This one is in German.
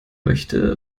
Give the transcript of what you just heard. möchte